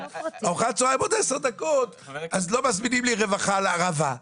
ארוחת צהריים עוד עשר דקות אז לא מזמינים לי רווחה על הרחבה.